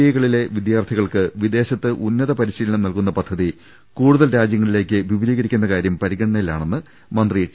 ഐകളിലെ വിദ്യാർഥികൾക്ക് വിദേശത്ത് ഉന്നത പരിശീലനം നൽകുന്ന പദ്ധതി കൂടുതൽ രാജ്യങ്ങളിലേക്ക് വിപുലീകരിക്കുന്ന കാര്യം പരിഗണനയിലാണെന്ന് മന്ത്രി ടി